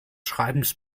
schreibens